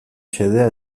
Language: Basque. xedea